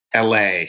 LA